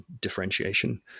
differentiation